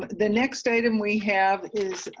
the next item we have is,